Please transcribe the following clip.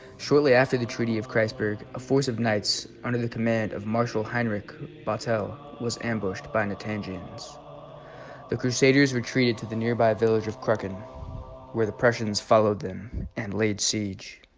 shortly after the treaty of christ's burg a force of knights under the command of marshal heinrich battelle was ambushed by a natandjames the crusaders retreated to the nearby village of kraken where the prescience followed them and laid siege